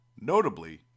Notably